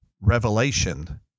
Revelation